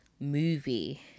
movie